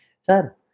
Sir